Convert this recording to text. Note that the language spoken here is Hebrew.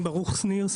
ברוך שניר,